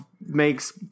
makes